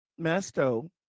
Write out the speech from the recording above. Masto